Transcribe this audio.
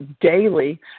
daily